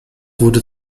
wurde